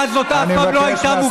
אדוני היושב-ראש,